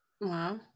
Wow